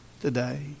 today